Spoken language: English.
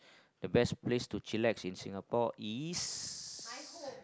the best place to chillax in singapore is